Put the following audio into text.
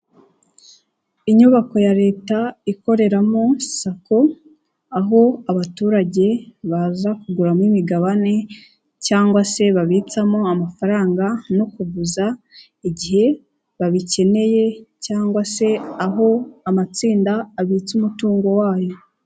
Inyubako ya leta ikoreramo SACCO, aho abaturage baza kuguramo imigabane cyangwa se babitsamo amafaranga no kuguza, igihe babikeneye cyangwa se aho amatsinda abitse umutungo wayo.